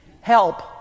Help